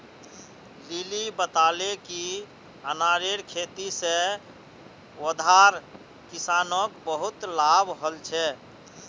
lily बताले कि अनारेर खेती से वर्धार किसानोंक बहुत लाभ हल छे